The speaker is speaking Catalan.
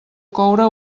coure